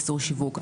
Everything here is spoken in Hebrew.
איסור שיווק.